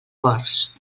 ports